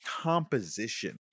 composition